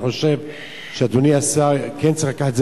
אני חושב שאדוני השר כן צריך לקחת את